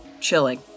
Chilling